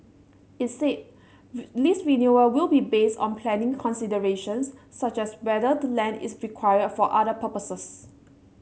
it said lease renewal will be based on planning considerations such as whether the land is required for other purposes